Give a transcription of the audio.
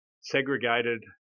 segregated